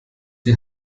die